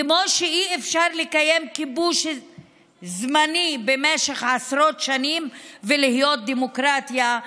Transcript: כמו שאי-אפשר לקיים כיבוש "זמני" במשך עשרות שנים ולהיות דמוקרטיה,